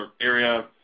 area